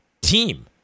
team